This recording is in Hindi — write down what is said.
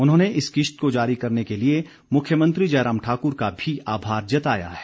उन्होंने इस किश्त को जारी करने के लिए मुख्यमंत्री जयराम ठाकुर का भी आभार जताया है